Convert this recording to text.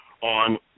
on